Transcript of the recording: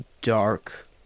dark